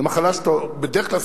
זו מחלה שבדרך כלל,